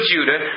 Judah